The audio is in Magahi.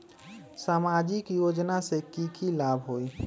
सामाजिक योजना से की की लाभ होई?